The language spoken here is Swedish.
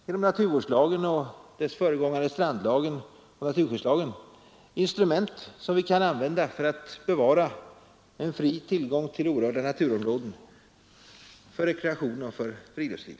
Genom naturvårdslagen och dess föregångare strandlagen och naturskyddslagen har vi skapat instrument för att bevara fri tillgång till orörda naturområden för rekreation och friluftsliv.